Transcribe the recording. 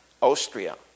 Austria